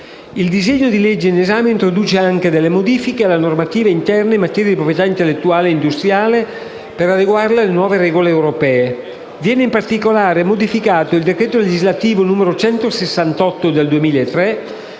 Il disegno di legge in esame introduce anche delle modifiche alla normativa interna in materia di proprietà intellettuale e industriale per adeguarla alle nuove regole europee. Viene in particolare modificato il decreto legislativo n. 168 del 2003,